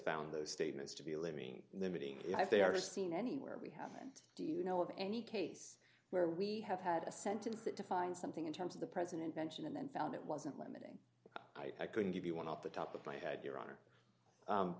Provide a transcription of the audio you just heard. found those statements to be living limiting if they are seen anywhere we haven't do you know of any case where we have had a sentence that defines something in terms of the present invention and then found it wasn't limiting i couldn't give you one at the top of my head your honor